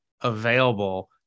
available